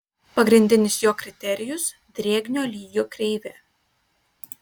pagrindinis jo kriterijus drėgnio lygio kreivė